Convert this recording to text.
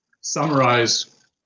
summarize